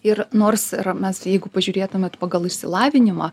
ir nors mes jeigu pažiūrėtumėt pagal išsilavinimą